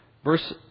Verse